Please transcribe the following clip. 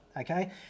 okay